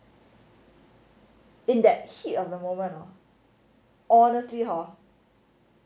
in that heat of the moment hor honestly hor